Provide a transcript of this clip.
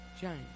James